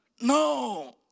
No